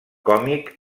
còmic